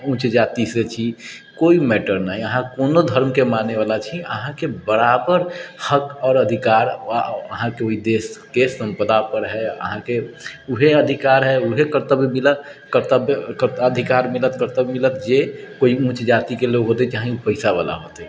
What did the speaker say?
ऊँच जातिसँ छी कोइ मैटर नहि अहाँ कोनो धर्मके मानै बला छे अहाँके बराबर हक आओर अधिकार अहाँकेॅं ओहि देशके सम्पदा पर है अहाँकेॅं ओहे अधिकार है ओहे कर्तव्य मिलत कर्तव्य अधिकार मिलत कर्तव्य मिलत जे कोइ ऊँच जातिके लोक हौते चाहे पैसा बला हौते